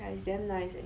is damn nice leh